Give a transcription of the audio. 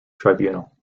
tribunal